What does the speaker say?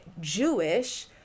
Jewish